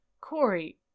Corey